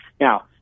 Now